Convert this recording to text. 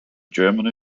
germany